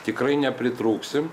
tikrai nepritrūksim